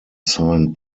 signed